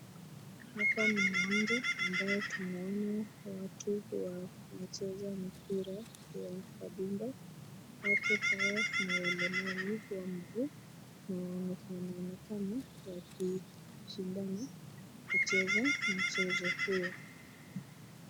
Hapa ni uwanja ambao tunaona watu wakicheza mpira ya kadunda, watu hao ni walemavu waguu, na wanaonekana wakishindana kucheza mchezo huo.